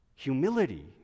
Humility